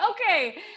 okay